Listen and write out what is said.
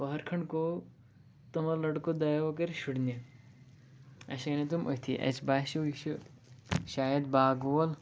پَہر کھنٛڈ گوٚو تٕمو لٔڑکو دیو کٔر شُرنہِ اَسہِ اَنے تِم أتھی اَسہِ باسیٚو یہِ چھِ شاید باغہٕ وول